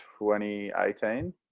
2018